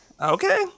Okay